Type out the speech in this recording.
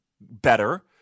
better